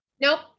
Nope